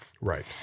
Right